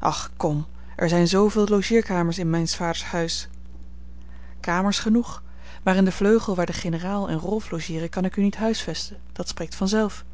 och kom er zijn zooveel logeerkamers in mijns vaders huis kamers genoeg maar in den vleugel waar de generaal en rolf logeeren kan ik u niet huisvesten dat spreekt vanzelf